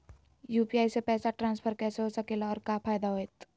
UPI से पैसा transfer कैसे हो सके ला और का फायदा होएत?